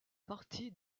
partie